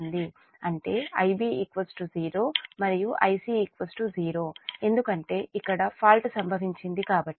అంటే Ib 0 మరియు Ic 0 ఎందుకంటే ఇక్కడ ఫాల్ట్ సంభవించింది కాబట్టి